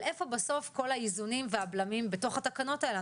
אבל איפה בסוף כל האיזונים והבלמים בתוך התקנות האלה?